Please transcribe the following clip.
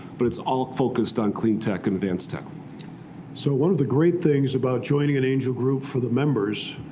but it's all focused on clean tech and advanced tech. david so one of the great things about joining an angel group for the members,